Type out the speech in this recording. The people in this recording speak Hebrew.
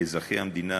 כאזרחי המדינה,